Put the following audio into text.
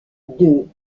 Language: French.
d’eux